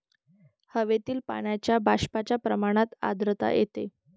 हवेतील पाण्याच्या बाष्पाच्या प्रमाणात आर्द्रता येते